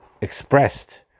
expressed